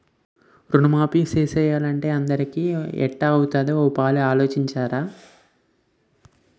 రుణమాఫీ సేసియ్యాలంటే అందరికీ ఎట్టా అవుతాది ఓ పాలి ఆలోసించరా